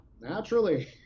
naturally